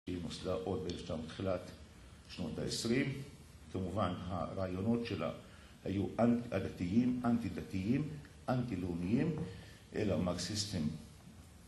שהיא נוסדה עוד ב-1900 תחילת שנות ה-20 כמובן הרעיונות שלה היו הדתיים, אנטי דתיים, אנטי לאומיים, אלא מרקסיסטים